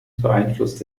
beeinflusst